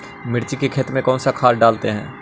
मिर्ची के खेत में कौन सा खाद डालते हैं?